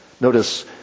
Notice